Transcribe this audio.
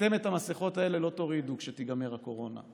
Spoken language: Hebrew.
אתם את המסכות האלה לא תורידו כשתיגמר הקורונה,